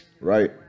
right